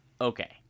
Okay